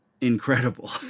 incredible